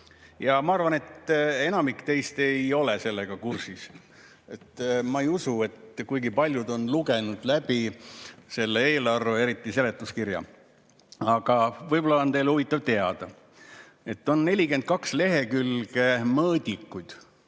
Ma arvan, et enamik teist ei ole sellega kursis. Ma ei usu, et kuigi paljud on lugenud läbi selle eelarve ja eriti selle seletuskirja. Aga võib-olla on teil huvitav teada, et seal on 42 lehekülge mõõdikuid